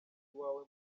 iwawe